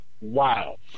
Wow